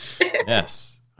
Yes